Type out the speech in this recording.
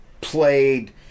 played